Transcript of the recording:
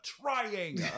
trying